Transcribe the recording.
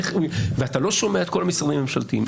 ואתה לא שומע את כל המשרדים הממשלתיים,